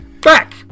Back